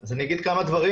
אז אני אגיד כמה דברים,